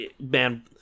man